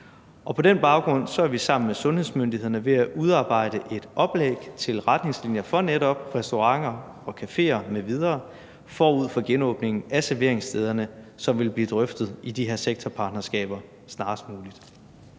På den baggrund er vi sammen med sundhedsmyndighederne ved at udarbejde et oplæg til retningslinjer for netop restauranter og caféer m.v. forud for genåbningen af serveringssteder, som vil blive drøftet i de her sektorpartnerskaber snarest muligt.